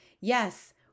Yes